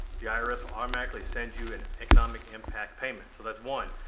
the irs will automatically send you an economic impact payment. so that's one.